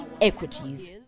Equities